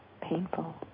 painful